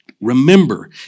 Remember